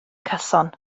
cyson